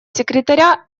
секретаря